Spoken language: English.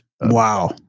Wow